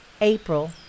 April